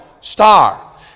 star